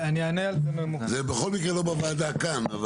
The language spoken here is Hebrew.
זה בכל מקרה לא בוועדה כאן.